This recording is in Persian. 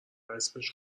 اسمش